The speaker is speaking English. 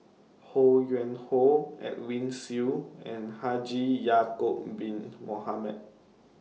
Ho Yuen Hoe Edwin Siew and Haji Ya'Acob Bin Mohamed